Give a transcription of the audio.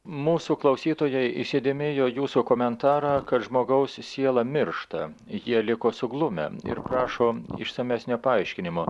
mūsų klausytojai įsidėmėjo jūsų komentarą kad žmogaus siela miršta jie liko suglumę ir prašo išsamesnio paaiškinimo